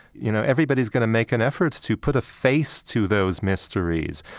you know, everybody's going to make an effort to put a face to those mysteries,